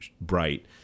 bright